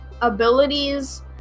abilities